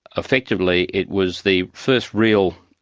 effectively it was the first real,